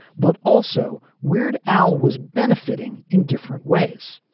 but also weird al was benefiting in different ways.